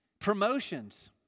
promotions